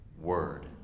word